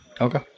Okay